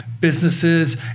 businesses